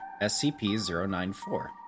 SCP-094